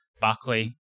Buckley